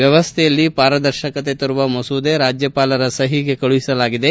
ವ್ಣವಸ್ಥೆಯಲ್ಲಿ ಪಾರದರ್ಶಕತೆ ತರುವ ಮಸೂದೆ ರಾಜ್ಜಪಾಲರ ಸಹಿಗೆ ಕಳುಹಿಸಲಾಗಿದೆ